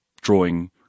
drawing